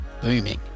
booming